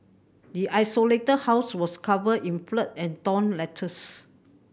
the isolated house was covered in filth and torn letters